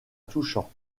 touchant